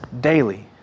daily